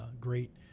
great